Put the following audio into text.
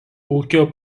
ūkio